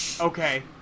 okay